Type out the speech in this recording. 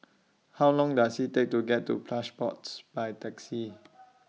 How Long Does IT Take to get to Plush Pods By Taxi